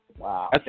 Wow